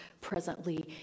presently